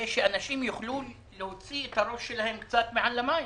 ושאנשים יוכלו להוציא את הראש שלהם קצת מעל המים,